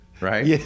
right